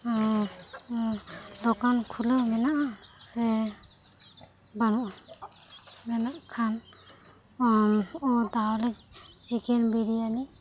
ᱫᱚᱠᱟᱱ ᱠᱷᱩᱞᱟᱹᱣ ᱢᱮᱱᱟᱜᱼᱟ ᱥᱮ ᱵᱟᱹᱱᱩᱜᱼᱟ ᱢᱮᱱᱟᱜ ᱠᱷᱟᱱ ᱛᱟᱦᱚᱞᱮ ᱪᱤᱠᱮᱱ ᱵᱤᱨᱭᱟᱱᱤ